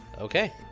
Okay